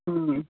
ꯎꯝ